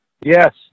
Yes